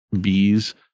bees